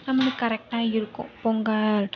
நம்மளுக்கு கரெக்டாக இருக்கும் பொங்கல்